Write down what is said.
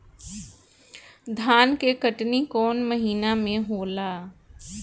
धान के कटनी कौन महीना में होला?